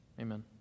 Amen